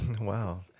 Wow